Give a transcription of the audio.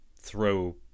throw